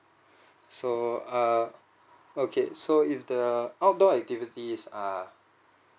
so err okay so if the outdoor activities are